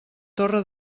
torre